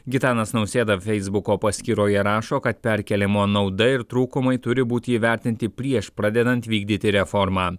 gitanas nausėda feisbuko paskyroje rašo kad perkėlimo nauda ir trūkumai turi būti įvertinti prieš pradedant vykdyti reformą